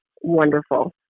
wonderful